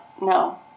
no